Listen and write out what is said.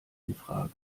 infrage